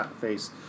face